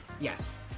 Yes